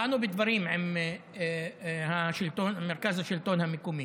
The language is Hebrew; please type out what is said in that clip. באנו בדברים עם מרכז השלטון המקומי.